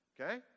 okay